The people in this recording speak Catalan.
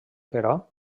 però